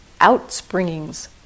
outspringings